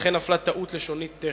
וכן נפלה טעות לשונית-טכנית.